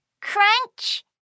crunch